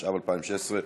התשע"ו 2016,